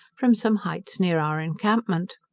from some heights near our encampment.